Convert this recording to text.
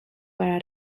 para